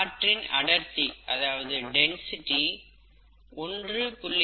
காற்றின் அடர்த்தி 1